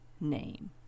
name